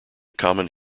common